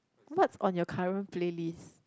what's on your current play list